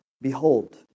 Behold